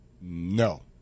No